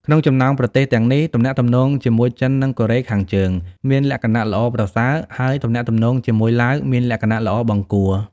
ក្នុងចំណោមប្រទេសទាំងនេះ ទំនាក់ទំនងជាមួយចិននិងកូរ៉េខាងជើងមានលក្ខណៈល្អប្រសើរ ហើយ ទំនាក់ទំនងជាមួយឡាវមានលក្ខណៈល្អបង្គួរ ។